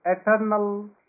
Eternal